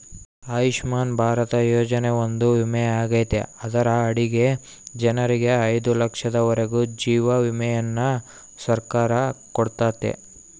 ಆಯುಷ್ಮನ್ ಭಾರತ ಯೋಜನೆಯೊಂದು ವಿಮೆಯಾಗೆತೆ ಅದರ ಅಡಿಗ ಜನರಿಗೆ ಐದು ಲಕ್ಷದವರೆಗೂ ಜೀವ ವಿಮೆಯನ್ನ ಸರ್ಕಾರ ಕೊಡುತ್ತತೆ